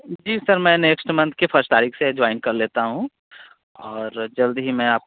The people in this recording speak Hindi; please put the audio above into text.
जी सर मैं नेक्स्ट मंथ के फर्स्ट तारीख से ज्वाइन कर लेता हूँ और जल्द ही मैं आपको